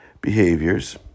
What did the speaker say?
behaviors